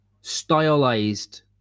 stylized